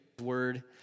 Word